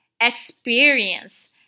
Experience